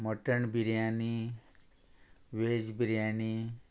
mutton biryani veg biryani